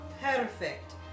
perfect